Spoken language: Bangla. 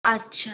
আচ্ছা